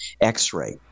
x-ray